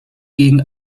gegen